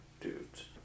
dudes